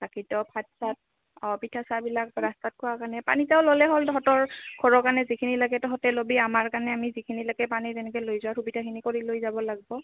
বাকীতো ভাত চাট অঁ পিঠা চাহবিলাক ৰাস্তাত খোৱাৰ কাৰণে পানীটাও ল'লে হ'ল তহঁতৰ ঘৰৰ কাৰণে যিখিনি লাগে তহঁতে ল'বি আমাৰ কাৰণে আমি যিখিনি লাগে পানী তেনেকৈ লৈ যোৱাৰ সুবিধাখিনি কৰি লৈ যাব লাগিব